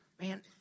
Man